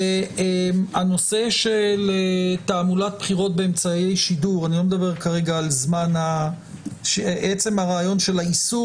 הנושא של תעמולת בחירות באמצעי שידור עצם הרעיון של האיסור